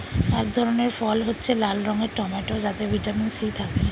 এক ধরনের ফল হচ্ছে লাল রঙের টমেটো যাতে ভিটামিন সি থাকে